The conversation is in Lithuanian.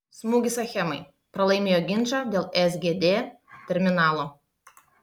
smūgis achemai pralaimėjo ginčą dėl sgd terminalo